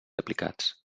aplicats